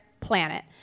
Planet